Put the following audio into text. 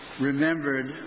remembered